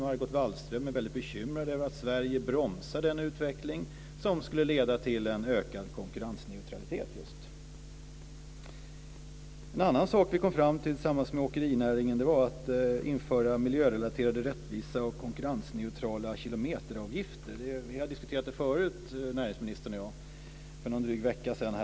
Margot Wallström är väldigt bekymrad över att Sverige bromsar denna utveckling, som skulle leda just till en ökad konkurrensneutralitet. En annan sak vi kom fram till tillsammans med åkerinäringen var att införa miljörelaterade, rättvisa och konkurrensneutrala kilometeravgifter. Vi har diskuterat det förut, näringsministern och jag, för drygt en vecka sedan.